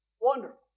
Wonderful